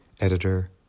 editor